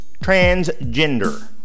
Transgender